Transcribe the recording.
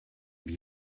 den